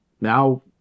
now